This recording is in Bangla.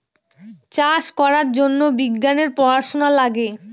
চাষ করার জন্য বিজ্ঞানের পড়াশোনা লাগে